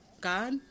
God